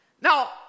Now